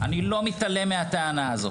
כל מי שנמצא פה,